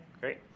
great